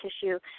tissue